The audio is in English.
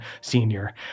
Senior